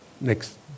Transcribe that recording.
next